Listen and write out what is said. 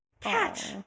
Catch